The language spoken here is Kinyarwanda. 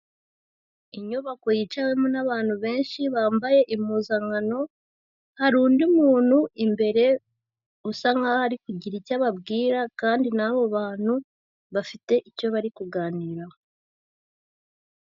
Inyubako yicawemo n'abantu benshi bambaye impuzankano, hari undi muntu imbere usa nkaho ari kugira icyo ababwira, kandi n'abo bantu bafite icyo bari kuganiraho.